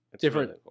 different